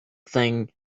thing